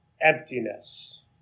emptiness